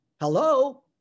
Hello